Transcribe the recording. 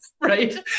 Right